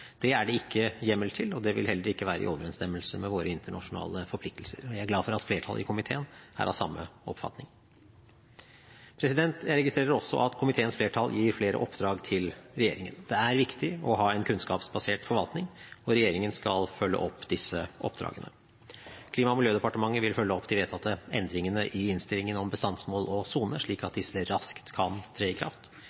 Det er det ikke hjemmel til, og det vil heller ikke være i overensstemmelse med våre internasjonale forpliktelser. Jeg er glad for at flertallet i komiteen er av samme oppfatning. Jeg registrerer også at komiteens flertall gir flere oppdrag til regjeringen. Det er viktig å ha en kunnskapsbasert forvaltning, og regjeringen skal følge opp disse oppdragene. Klima- og miljødepartementet vil følge opp de vedtatte endringene i innstillingen om bestandsmål og sone, slik at